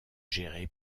géré